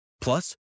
Plus